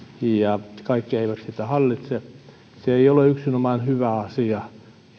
ja kaikki eivät sitä hallitse se ei ole yksinomaan hyvä asia